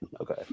Okay